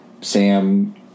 Sam